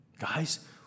Guys